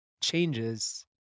changes